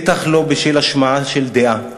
בטח לא בשל השמעת דעה.